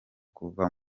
kuva